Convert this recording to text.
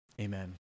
amen